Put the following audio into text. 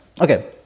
Okay